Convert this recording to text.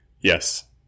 Yes